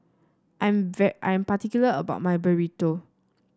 I am I am particular about my Burrito